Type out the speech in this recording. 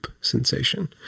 sensation